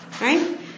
Right